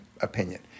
opinion